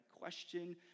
question